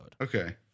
Okay